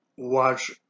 watch